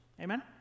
Amen